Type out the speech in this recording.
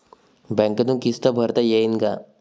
बँकेतून किस्त भरता येईन का?